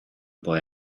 boy